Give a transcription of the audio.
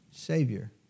Savior